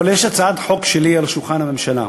אבל יש הצעת חוק שלי על שולחן הממשלה.